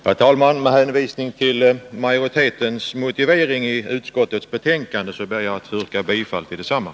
Herr talman! Med hänvisning till utskottsmajoritetens motivering ber jag att få yrka bifall till utskottets hemställan.